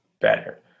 better